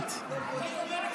גם אתה אותנטי.